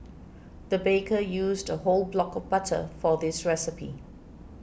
the baker used a whole block of butter for this recipe